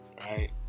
right